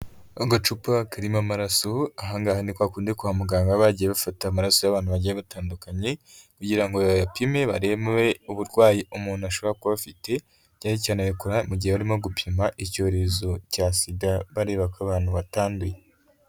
Agacupa karimo amaraso aha ngaha ni kwakundi kwa muganga baba bagiye bafata amaraso y'abantu bagiye batandukanye kugira ngo bayapime barebe uburwayi umuntu ashobora kuba bafite cyane cyane babikora mu gihe barimo gupima icyorezo cya sida bareba ko abantu batanduye.